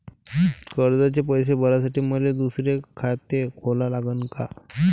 कर्जाचे पैसे भरासाठी मले दुसरे खाते खोला लागन का?